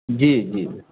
जी जी